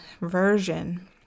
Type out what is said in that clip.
version